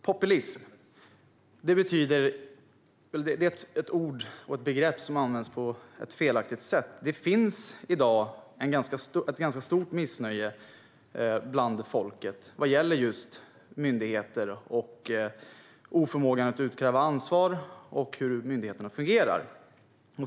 Populism är ett begrepp som används på ett felaktigt sätt. Det finns i dag ett stort missnöje bland folket vad gäller just hur myndigheter fungerar och oförmågan att utkräva ansvar.